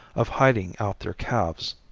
of hiding out their calves.